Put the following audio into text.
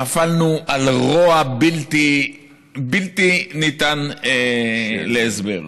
נפלנו על רוע בלתי ניתן להסבר.